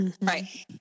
right